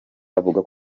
avuga